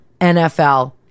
NFL